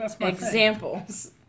examples